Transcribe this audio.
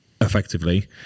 effectively